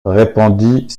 répondit